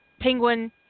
Penguin